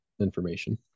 information